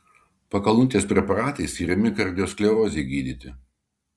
pakalnutės preparatai skiriami kardiosklerozei gydyti